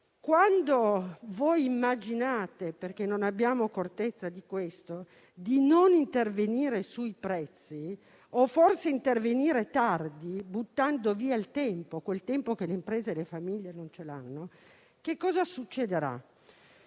allorquando voi immaginate, perché non abbiamo contezza di questo, di non intervenire sui prezzi o forse di intervenire tardi, buttando via il tempo, quel tempo che le imprese e le famiglie non hanno? Se voi non